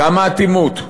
"כמה אטימות,